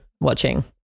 watching